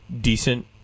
decent